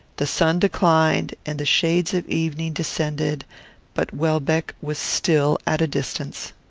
the sun declined, and the shades of evening descended but welbeck was still at a distance.